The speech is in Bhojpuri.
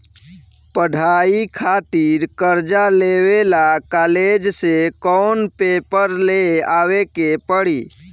पढ़ाई खातिर कर्जा लेवे ला कॉलेज से कौन पेपर ले आवे के पड़ी?